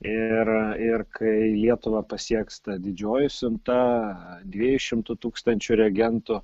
ir ir kai lietuvą pasieks ta didžioji siunta dviejų šimtų tūkstančių reagentų